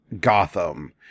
Gotham